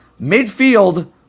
Midfield